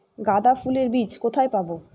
গাঁদা ফুলের বীজ কোথায় পাবো?